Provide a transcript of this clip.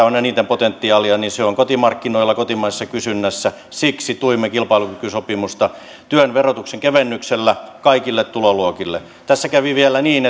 on eniten potentiaalia niin se on kotimarkkinoilla kotimaisessa kysynnässä siksi tuimme kilpailukykysopimusta työn verotuksen kevennyksellä kaikille tuloluokille tässä kävi vielä niin